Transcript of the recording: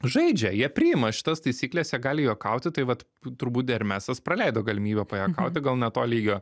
žaidžia jie priima šitas taisykles jie gali juokauti tai vat turbūt dermesas praleido galimybę pajuokauti gal ne to lygio